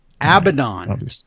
Abaddon